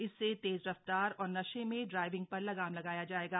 इससे तेज रफ्तार और नशे में ड्राइविंग पर लगाम लगाया जाएगा